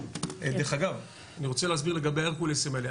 דרך אגב, אני רוצה להסביר לגבי ההרקולסים האלה.